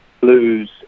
blues